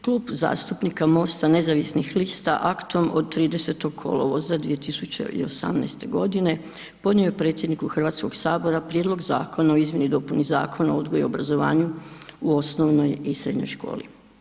Klub zastupnika MOST-a nezavisnih lista aktom od 30. kolovoza 2018. godine podnio je predsjedniku Hrvatskog sabora Prijedlog Zakona o izmjeni i dopuni Zakona o odgoju i obrazovanju u osnovnoj i srednjoj školi.